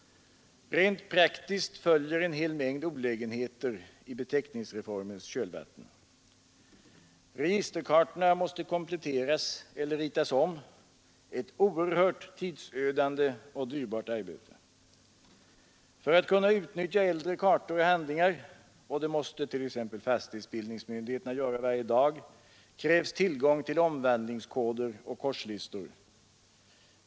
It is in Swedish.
Rent praktiskt följer en hel mängd olägenheter i beteckningsreformens kölvatten. Registerkartorna måste kompletteras eller ritas om — ett oerhört tidsödande och dyrbart arbete. För att kunna utnyttja äldre kartor och handlingar — och det måste t.ex. fastighetsbildningsmyndigheterna göra varje dag — krävs tillgång till omvandlingskoder eller korslistor.